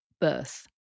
birth